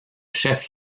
chef